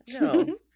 No